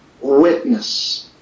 witness